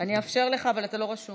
אני אאפשר לך, אבל אתה לא רשום.